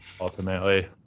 ultimately